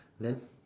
then